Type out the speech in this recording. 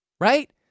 Right